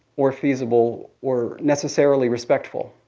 or feasible, or necessarily respectful.